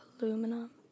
aluminum